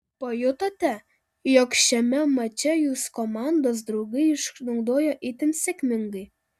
pajutote jog šiame mače jus komandos draugai išnaudojo itin sėkmingai